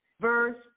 verse